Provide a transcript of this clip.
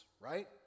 right